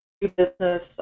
business